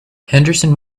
henderson